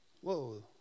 Whoa